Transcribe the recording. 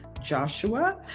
Joshua